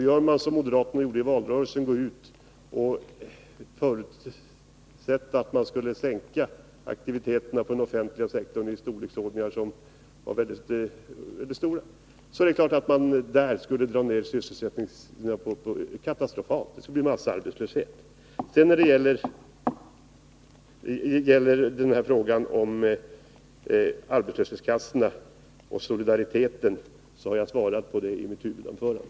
Gör man som moderaterna föreslog i valrörelsen — att man kraftigt skulle minska aktiviteten på den offentliga sektorn — minskar sysselsättningen där katastrofalt; det skulle bli massarbetslöshet. Frågorna om arbetslöshetskassorna och solidariteten har jag svarat på i mitt huvudanförande.